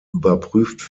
überprüft